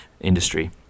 industry